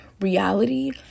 reality